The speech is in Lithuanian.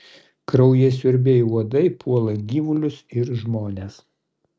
kraujasiurbiai uodai puola gyvulius ir žmones